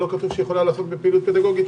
כתוב שהיא יכולה לעסוק בפעילות פדגוגית,